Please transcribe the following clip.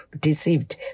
deceived